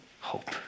hope